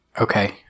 okay